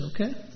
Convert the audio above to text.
okay